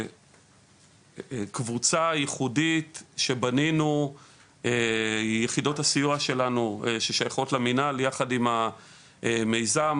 קבוצה ייחודית שבנינו יחידות הסיוע ששייכות למנהל יחד עם המיזם,